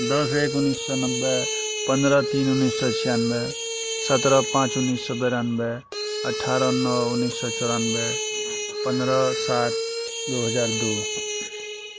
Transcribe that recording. दस एक उनैस सओ नब्बे पन्द्रह तीन उनैस सओ छियानबे सत्रह पाँच उनीस सओ बेरानबे अठारह नओ उनैस सओ चौरानबे पन्द्रह सात दू हजार दू